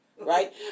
Right